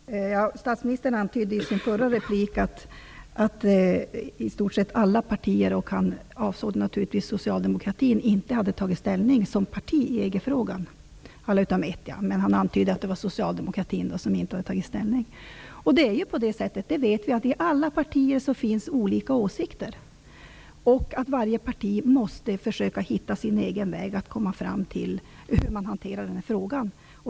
Fru talman! Statsministern antydde i sitt förra inlägg att alla partier utom ett -- och han avsåg då naturligtvis Socialdemokraterna -- hade tagit ställning som partier i EG-frågan. Det är ju på det sättet att det i alla partier förekommer olika åsikter, och varje parti måste försöka hitta sin egen väg att komma fram till hur man skall hantera den här frågan.